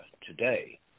today